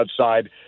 outside